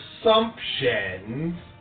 assumptions